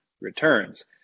returns